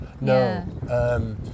no